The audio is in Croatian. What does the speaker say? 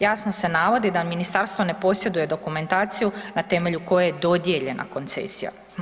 Jasno se navodi da Ministarstvo ne posjeduje dokumentaciju na temelju koje je dodijeljena koncesija.